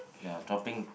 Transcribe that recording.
ya dropping